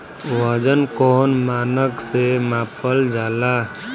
वजन कौन मानक से मापल जाला?